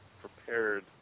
prepared